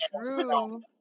true